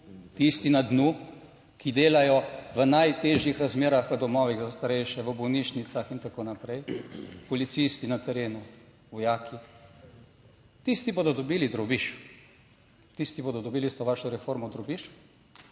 tisti na dnu, ki delajo v najtežjih razmerah, v domovih za starejše, v bolnišnicah in tako naprej, policisti na terenu, vojaki, tisti bodo dobili drobiž. Tisti bodo dobili s to vašo reformo drobiž,